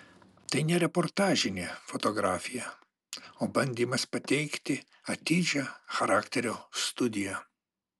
tai ne reportažinė fotografija o bandymas pateikti atidžią charakterio studiją